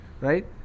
Right